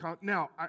Now